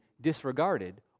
disregarded